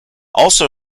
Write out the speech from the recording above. also